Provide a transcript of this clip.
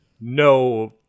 no